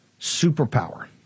superpower